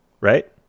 right